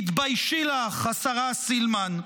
תתביישי לך, השרה סילמן.